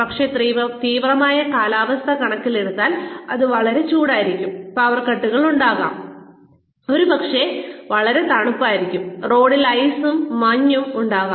പക്ഷേ തീവ്രമായ കാലാവസ്ഥ കണക്കിലെടുത്താൽ അത് വളരെ ചൂടായിരിക്കാം പവർ കട്ടുകളുണ്ടാകാം ഒരുപക്ഷേ അത് വളരെ തണുപ്പായിരിക്കാം റോഡിൽ ഐസും മഞ്ഞും ഉണ്ടാകാം